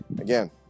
Again